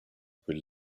will